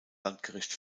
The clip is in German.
landgericht